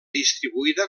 distribuïda